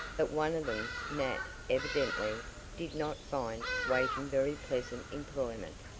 but one of them, nat, evidently did not find waiting very pleasant employment.